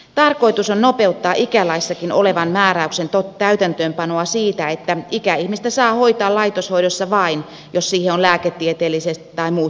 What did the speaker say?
tarkoitus on nopeuttaa ikälaissakin olevan määräyksen täytäntöönpanoa siitä että ikäihmistä saa hoitaa laitoshoidossa vain jos siihen on lääketieteelliset tai muut pätevät perusteet